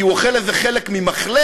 כי הוא אוכל איזה חלק ממחלף?